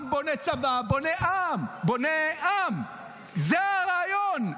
עם בונה צבא בונה עם, זה הרעיון.